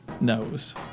knows